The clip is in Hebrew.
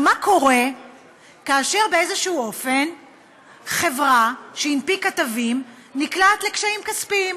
מה קורה כאשר באיזה אופן חברה שהנפיקה תווים נקלעת לקשיים כספיים?